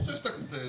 ברור שזה טוב,